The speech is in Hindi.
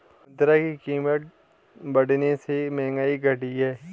मुद्रा की कीमत बढ़ने से महंगाई घटी है